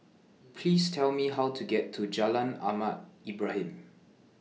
Please Tell Me How to get to Jalan Ahmad Ibrahim